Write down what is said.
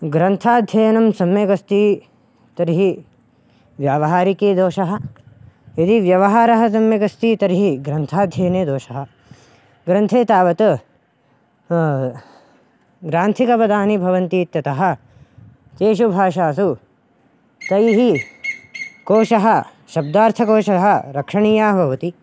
ग्रन्थाध्ययनं सम्यगस्ति तर्हि व्यावहारिकी दोषः यदि व्यवहारः सम्यक् अस्ति तर्हि ग्रन्थाध्ययने दोषः ग्रन्थे तावत् ग्रान्थिकपदानि भवन्ति इत्यतः तेषु भाषासु तैः कोषः शब्दार्थकोषः रक्षणीयः भवति